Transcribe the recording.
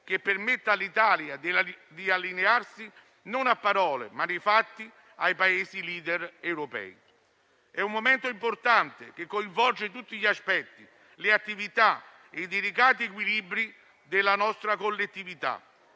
che permettano all'Italia di allinearsi, non a parole, ma nei fatti, ai Paesi *leader* europei. È un momento importante, che coinvolge tutti gli aspetti, le attività e i delicati equilibri della nostra collettività,